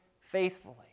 faithfully